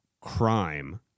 crime